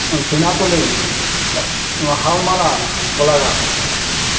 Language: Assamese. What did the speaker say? চীনাতলী হালমাৰা গোলাঘাট